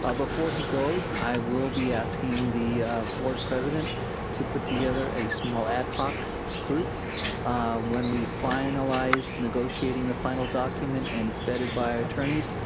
ah before he goes, i will be asking the board president to put together a small ad hoc group when we finalize negotiating a final document and is vetted by attorneys,